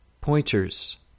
pointers